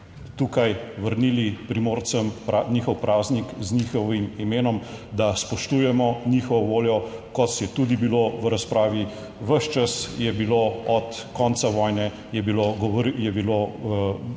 tukaj vrnili Primorcem njihov praznik z njihovim imenom, da spoštujemo njihovo voljo, kot je tudi bilo v razpravi, ves čas je bilo, od konca vojne je bilo, je bilo, so